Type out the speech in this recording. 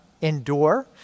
endure